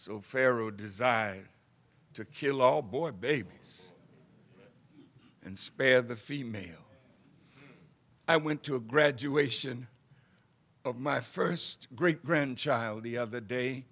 so pharaoh designed to kill all boy babies and spare the female i went to a graduation of my first great grandchild the of the day